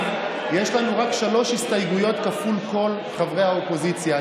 יש לנו רק שלוש הסתייגויות כפול כל חברי האופוזיציה.